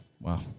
Wow